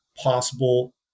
possible